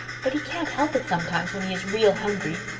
but he can't help it sometimes when he is real hungry.